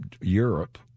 Europe